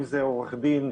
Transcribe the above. אם אלה עורכי דין,